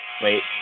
Wait